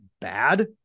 bad